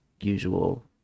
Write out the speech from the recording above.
usual